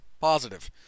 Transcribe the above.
positive